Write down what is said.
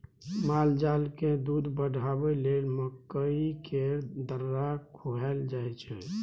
मालजालकेँ दूध बढ़ाबय लेल मकइ केर दर्रा खुआएल जाय छै